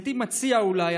הייתי מציע אולי,